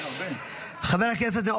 בבקשה,